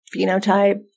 phenotype